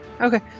okay